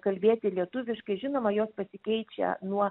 kalbėti lietuviškai žinoma jos pasikeičia nuo